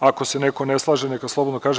Ako se neko ne slaže, neka slobodno kaže.